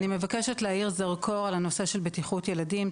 אני מבקשת להעיר זרקור על הנושא של בטיחות ילדים,